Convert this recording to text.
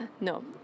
no